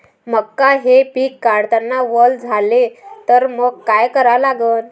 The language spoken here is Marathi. मका हे पिक काढतांना वल झाले तर मंग काय करावं लागन?